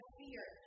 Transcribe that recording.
fear